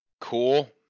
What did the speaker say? Cool